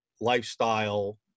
lifestyle